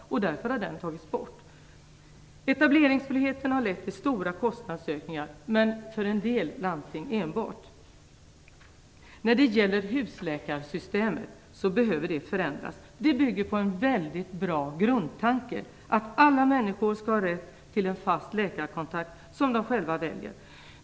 Därför har den rätten tagits bort. Etableringsfriheten har lett till stora kostnadsökningar, men enbart för en del landsting. Husläkarsystemet behöver förändras. Det bygger på en väldigt bra grundtanke, nämligen att alla människor skall ha rätt till en fast läkarkontakt som de själva väljer.